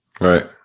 Right